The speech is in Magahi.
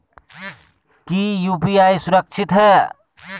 की यू.पी.आई सुरक्षित है?